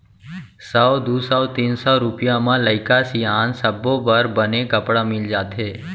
सौ, दू सौ, तीन सौ रूपिया म लइका सियान सब्बो बर बने कपड़ा मिल जाथे